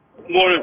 Morning